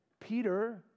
Peter